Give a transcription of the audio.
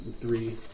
three